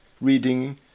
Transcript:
reading